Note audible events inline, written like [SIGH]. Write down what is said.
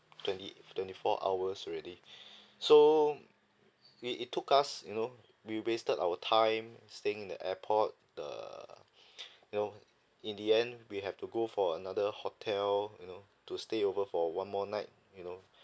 twenty twenty four hours already [BREATH] so i~ it took us you know we wasted our time staying in the airport the you know in the end we have to go for another hotel you know to stay over for one more night you know